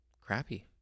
crappy